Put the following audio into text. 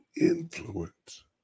influence